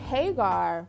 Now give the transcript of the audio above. Hagar